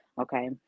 Okay